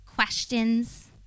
Questions